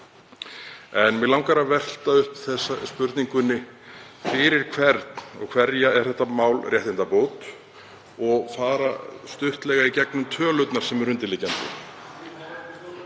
Mig langar að velta upp spurningunni: Fyrir hvern og hverja er þetta mál réttindabót? Og fara stuttlega í gegnum tölurnar sem eru undirliggjandi.